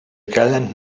gallant